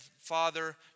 Father